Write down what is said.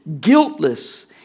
Guiltless